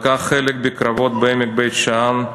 לקח חלק בקרבות בעמק בית-שאן,